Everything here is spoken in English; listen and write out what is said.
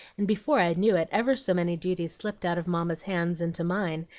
and before i knew it ever so many duties slipped out of mamma's hands into mine,